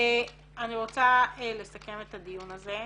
אני רוצה לסכם את הדיון הזה.